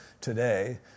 today